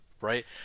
right